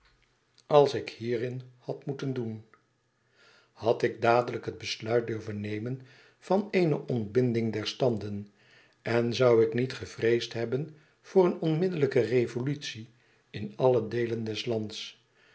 als ik hierin had moeten doen had ik dadelijk het besluit durven nemen van eene ontbinding der standen en zoû ik niet gevreesd hebben voor een onmiddellijke revolutie in alle deelen des lands